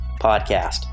podcast